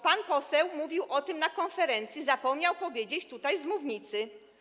Pan poseł mówił o tym na konferencji, ale zapomniał powiedzieć tutaj z mównicy.